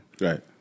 Right